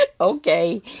okay